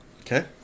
Okay